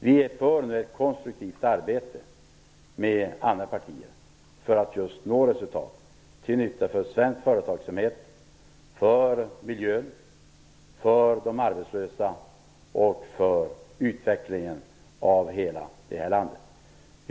Vi är för ett konstruktivt arbete med andra partier för att just nå resultat till nytta för svensk företagsamhet, miljön, de arbetslösa och utvecklingen av hela detta land.